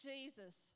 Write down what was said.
Jesus